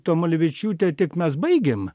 tamulevičiūtė tik mes baigėm